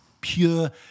pure